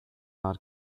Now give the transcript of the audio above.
not